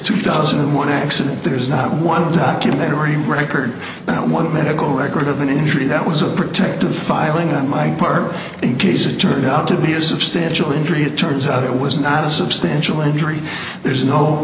two thousand and one accident there is not one documentary record about one medical record of an injury that was a protective filing on my part in case it turned out to be a substantial injury it turns out it was not a substantial injury there's no